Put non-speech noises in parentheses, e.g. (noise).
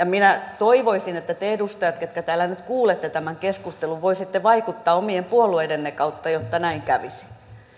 (unintelligible) minä toivoisin että te edustajat ketkä täällä nyt kuulette tämän keskustelun voisitte vaikuttaa omien puolueidenne kautta jotta näin kävisi